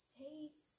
States